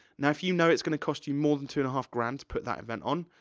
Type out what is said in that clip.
now, if you know it's gonna cost you more than two and a half grand to put that event on,